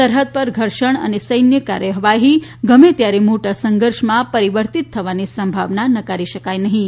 સરહદ પર ઘર્ષણ અને સૈન્ય કાર્યવાહી ગમે ત્યારે મોટા સંઘર્ષમાં પરિવર્તિત થવાની સંભાવના નકારી શકાય નહીં